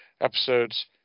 episodes